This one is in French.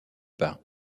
par